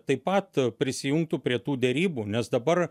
taip pat prisijungtų prie tų derybų nes dabar